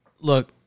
look